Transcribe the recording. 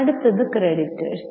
അടുത്തത് ക്രെഡിറ്റർസ്